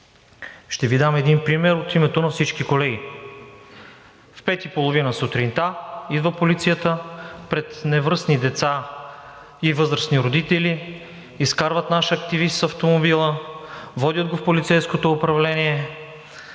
Ще Ви дам един пример от името на всички колеги. В 5,30 ч. сутринта идва полицията пред невръстни деца и възрастни родители, изкарват наш активист с автомобила, водят го в полицейското управление,